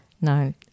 no